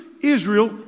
Israel